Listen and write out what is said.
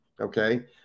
Okay